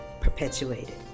perpetuated